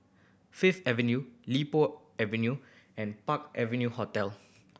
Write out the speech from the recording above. Fifth Avenue Li Po Avenue and Park Avenue Hotel